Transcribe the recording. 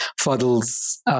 Fuddle's